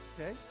Okay